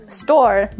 store